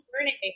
learning